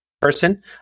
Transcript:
person